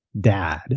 Dad